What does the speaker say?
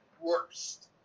worst